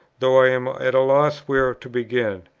though i am at a loss where to begin.